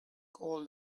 called